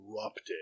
erupted